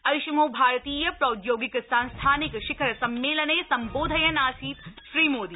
ऐषमो भारतीय प्रौद्यौगिक संस्थानिकं शिखर सम्मेलने सम्बोधयन् आसीत् श्रीमोदी